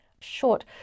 short